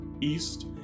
east